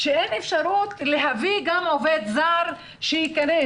שאין אפשרות להביא עובד זר לגור בו,